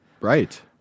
Right